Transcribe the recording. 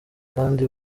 kandi